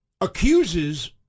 accuses